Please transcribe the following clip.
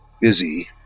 busy